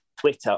Twitter